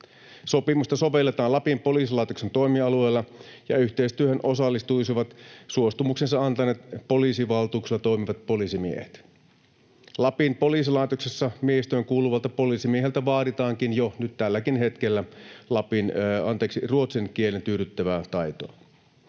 Sopimusta sovelletaan Lapin poliisilaitoksen toimialueella, ja yhteistyöhön osallistuisivat suostumuksensa antaneet, poliisivaltuuksilla toimivat poliisimiehet. Lapin poliisilaitoksessa miehistöön kuuluvalta poliisimieheltä vaaditaankin jo nyt tälläkin hetkellä ruotsin kielen tyydyttävä taitoa.